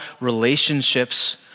relationships